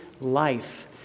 life